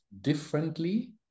differently